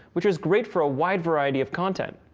which is great for a wide variety of content.